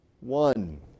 one